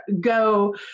go